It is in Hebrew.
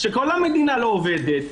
כשכל המדינה לא עובדת.